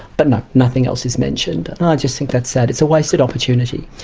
but no, nothing else is mentioned, and i just think that's sad, it's a wasted opportunity.